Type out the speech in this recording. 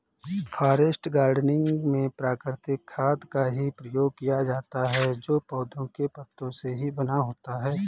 forest gardening में प्राकृतिक खाद का ही प्रयोग किया जाता है जो पौधों के पत्तों से ही बना होता है